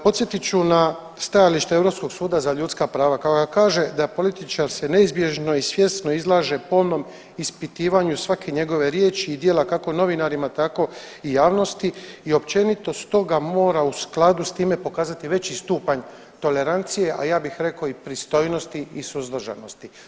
Podsjetit ću na stajalište Europskog suda za ljudska prava koja kaže da političar se neizbježno i svjesno izlaže po onom ispitivanju svake njegove riječi i djela kako novinarima tako i javnosti i općenito stoga mora u skladu s time pokazati veći stupanj tolerancije, a ja bih rekao i pristojnosti i suzdržanosti.